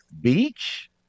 Beach